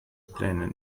pläne